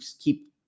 keep